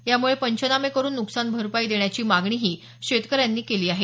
यामुळे पंचनामे करुन नुकसान भरपाई देण्याचीही मागणी शेतकऱ्यांनी केली आहे